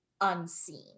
unseen